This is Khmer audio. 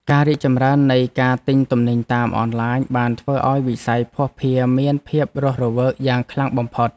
ការរីកចម្រើននៃការទិញទំនិញតាមអនឡាញបានធ្វើឱ្យវិស័យភស្តុភារមានភាពរស់រវើកយ៉ាងខ្លាំងបំផុត។